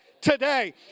today